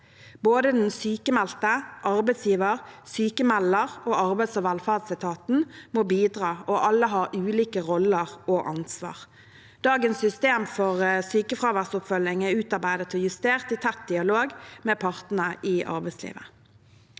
Både den sykmeldte, arbeidsgiver, sykmelder og arbeids- og velferdsetaten må bidra, og alle har ulike roller og ansvar. Dagens system for sykefraværsoppfølging er utarbeidet og justert i tett dialog med partene i arbeidslivet.